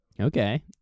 Okay